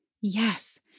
Yes